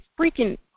freaking